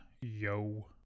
yo